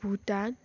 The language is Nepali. भुटान